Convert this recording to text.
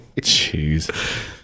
Jeez